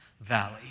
valley